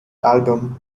album